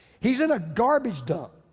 he's in a garbage dump.